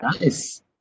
Nice